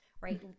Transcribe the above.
Right